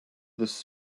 this